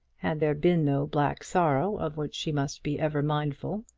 had there been no black sorrow of which she must be ever mindful.